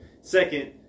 Second